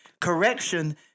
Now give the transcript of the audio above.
Correction